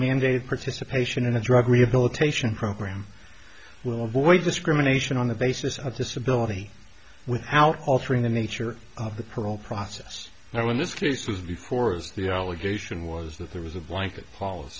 mandated participation in a drug rehabilitation program will avoid discrimination on the basis of disability without altering the nature of the parole process now in this case was before as the allegation was that there was a blanket policy